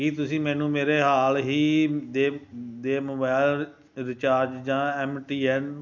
ਕੀ ਤੁਸੀਂ ਮੈਨੂੰ ਮੇਰੇ ਹਾਲ ਹੀ ਦੇ ਦੇ ਮੋਬੈਲ ਰਿਚਾਰਜ ਜਾਂ ਐੱਮ ਟੀ ਐੱਨ